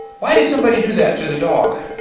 why did somebody do that to the dog?